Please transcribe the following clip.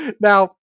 now